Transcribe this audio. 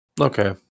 Okay